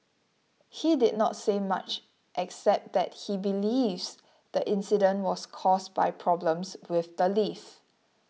he did not say much except that he believes the incident was caused by problems with the lift